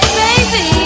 baby